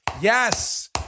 Yes